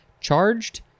charged